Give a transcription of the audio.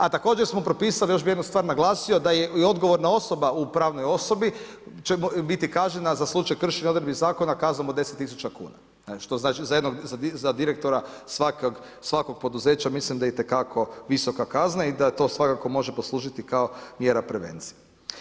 A također smo propisali, još bih jednu stvar naglasio da je i odgovorna osoba u pravnoj osobi će biti kažnjena za slučaj kršenja odredbi zakona kaznom od 10 000 kuna, što znači za direktora svakog poduzeća mislim da je itekako visoka kazna i da to svakako može poslužiti kao mjera prevencije.